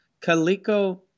Calico